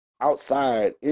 outside